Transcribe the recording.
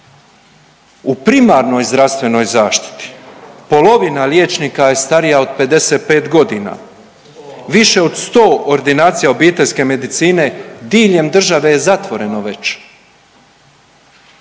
u primarnoj zdravstvenoj zaštiti. Polovina liječnika je starija od 55 godina, više od sto ordinacija obiteljske medicine diljem države je zatvoreno već.